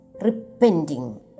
repenting